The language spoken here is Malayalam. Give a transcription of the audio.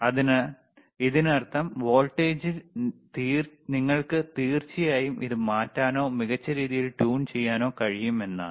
അതിനാൽ ഇതിനർത്ഥം വോൾട്ടേജിൽ നിങ്ങൾക്ക് തീർച്ചയായും ഇത് മാറ്റാനോ മികച്ച രീതിയിൽ ട്യൂൺ ചെയ്യാനോ കഴിയും എന്നാണു